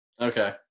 Okay